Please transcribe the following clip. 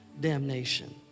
damnation